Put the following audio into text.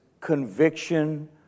conviction